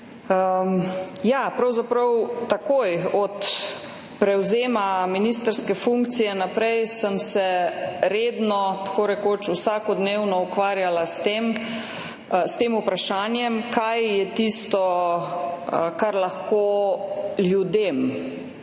Ja, pravzaprav sem se takoj od prevzema ministrske funkcije naprej redno, tako rekoč vsakodnevno ukvarjala s tem vprašanjem, kaj je tisto, kar lahko ljudem